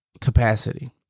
capacity